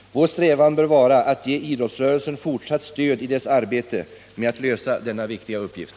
Vår strävan bör vara att ge idrottsrörelsen fortsatt stöd i dess arbete med att lösa denna viktiga uppgift.